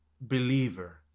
believer